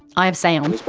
i have sound,